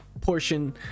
portion